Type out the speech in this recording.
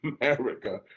America